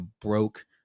broke